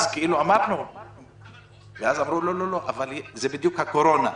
אז אמרו: לא, לא, זה בדיוק הקורונה.